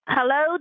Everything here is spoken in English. Hello